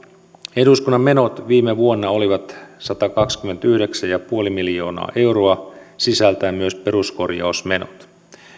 eduskunnan menot viime vuonna olivat satakaksikymmentäyhdeksän pilkku viisi miljoonaa euroa sisältäen myös peruskorjausmenot